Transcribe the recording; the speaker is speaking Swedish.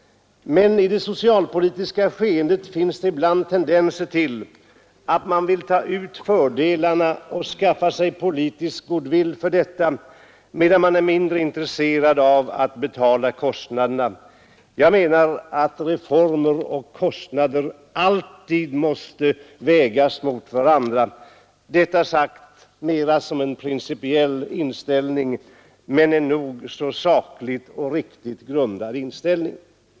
Men i det socialpolitiska skeendet finns det ibland tendenser till att man vill ta fördelarna och skaffa sig politisk goodwill härför, medan man är mindre intresserad av att betala. Reformer och kostnader måste alltid vägas mot varandra för en välgrundad principiell inställning.